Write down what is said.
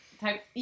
Type